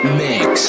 mix